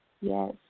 Yes